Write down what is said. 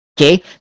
Okay